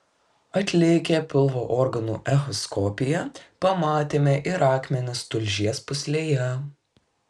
atlikę pilvo organų echoskopiją pamatėme ir akmenis tulžies pūslėje